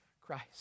Christ